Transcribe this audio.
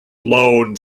blown